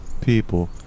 people